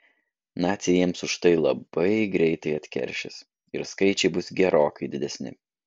naciai jiems už tai labai greitai atkeršys ir skaičiai bus gerokai didesni